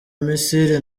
missile